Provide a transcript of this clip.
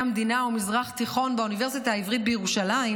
המדינה ומזרח התיכון באוניברסיטה העברית בירושלים,